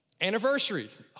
Anniversaries